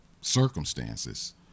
circumstances